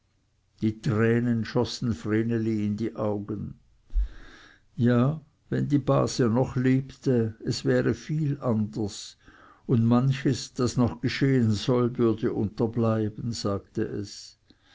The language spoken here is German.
die tränen schossen vreneli in die augen ja wenn die base noch lebte es wäre viel anders und manches das noch geschehen soll würde unterbleiben sagte es